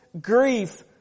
grief